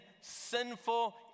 sinful